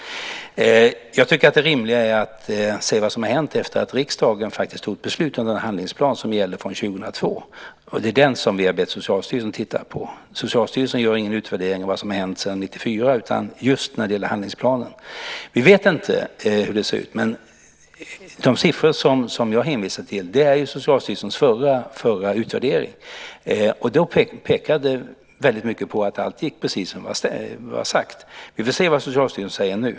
Jag tycker att det rimliga är att se vad som har hänt efter det att riksdagen faktiskt tog beslut om den handlingsplan som gäller sedan 2002. Det är den som vi har bett Socialstyrelsen titta på. Socialstyrelsen gör ingen utvärdering av vad som hänt sedan 1994 utan ser bara på det som gäller handlingsplanen. Vi vet inte hur det ser ut, men de siffror som jag hänvisar till kommer från Socialstyrelsens förra utvärdering, då väldigt mycket pekade på att allt gick precis så som var sagt. Vi vill se vad Socialstyrelsen säger nu.